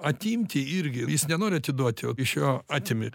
atimti irgi jis nenori atiduoti o iš jo atimi